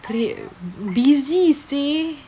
cree~ busy seh